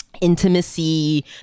intimacy